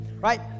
right